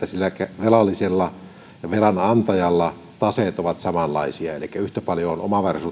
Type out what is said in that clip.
sitä että velallisella ja velan antajalla taseet ovat samanlaisia elikkä yhtä paljon on